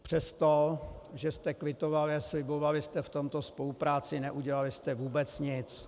Přestože jste kvitovali a slibovali v tomto spolupráci, neudělali jste vůbec nic.